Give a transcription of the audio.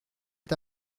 est